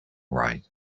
right